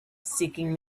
seeking